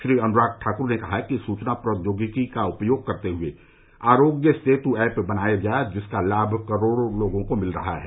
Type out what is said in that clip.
श्री अनुराग ठाकुर ने कहा कि सूचना प्रौद्योगिकी का उपयोग करते हुए आरोग्य सेतु ऐप बनाया गया जिसका लाभ करोड़ों लोगों को मिल रहा है